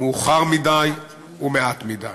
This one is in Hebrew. מאוחר מדי ומעט מדי.